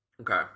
Okay